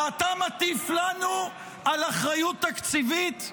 ואתה מטיף לנו על אחריות תקציבית?